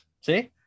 See